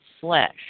flesh